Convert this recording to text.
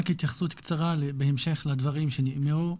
רק התייחסות קצרה בהמשך לדברים שנאמרו,